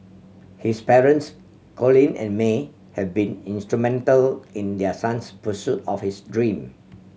his parents Colin and May have been instrumental in their son's pursuit of his dream